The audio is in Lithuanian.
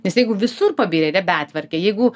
nes jeigu visur pabirę yra betvarkė jeigu